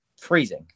freezing